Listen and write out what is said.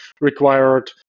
required